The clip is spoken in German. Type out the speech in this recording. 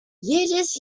jedes